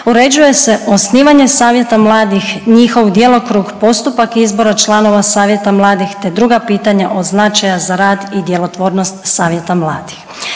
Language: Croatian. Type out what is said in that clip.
uređuje se osnivanje savjeta mladih, njihov djelokrug, postupak izbora članova savjeta mladih te druga pitanja od značaja za rad i djelotvornost savjeta mladih.